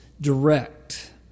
direct